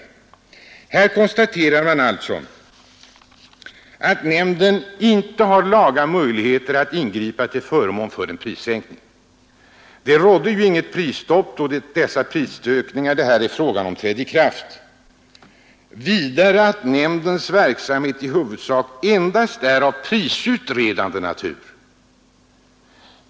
Här konstaterar nämnden alltså att man inte har laga möjligheter att ingripa till förmån för en prissänkning. Det rådde ju inget prisstopp då de prisökningar det här är fråga om trädde i kraft. Vidare konstateras att nämndens verksamhet i huvudsak endast är av prisutredande natur.